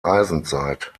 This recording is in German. eisenzeit